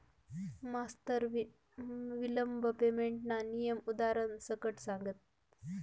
मास्तर विलंब पेमेंटना नियम उदारण सकट सांगतस